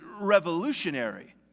revolutionary